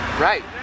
Right